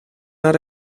naar